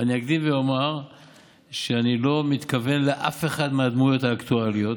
אני אקדים ואומר שאני לא מתכוון לאף אחת מהדמויות האקטואליות,